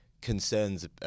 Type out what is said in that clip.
concerns